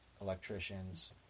electricians